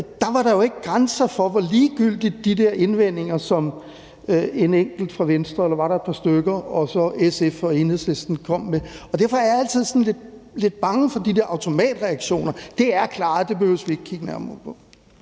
Der var der jo ikke grænser for, hvor ligegyldigt de der indvendinger, som en enkelt fra Venstre – eller var der et par stykker? – og så SF og Enhedslisten kom med, var. Og derfor er jeg altid sådan lidt bange for de der automatreaktioner med, at det er klaret, og at det behøver vi ikke at kigge nærmere på.